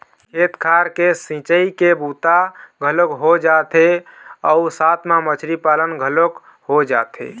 खेत खार के सिंचई के बूता घलोक हो जाथे अउ साथ म मछरी पालन घलोक हो जाथे